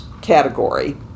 category